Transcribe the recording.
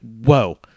whoa